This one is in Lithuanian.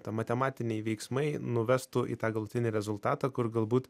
ta matematiniai veiksmai nuvestų į tą galutinį rezultatą kur galbūt